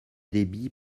débit